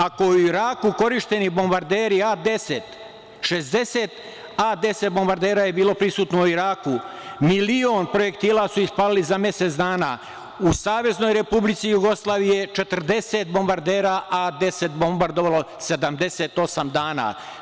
Ako u Iraku korišćeni bombarderi A10, 60 A10 bombardera je bilo prisutno u Iraku, milion projektila su ispalili za mesec dana, u SRJ je 40 bombardera A10 bombardovalo 78 dana.